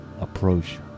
approach